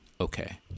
Okay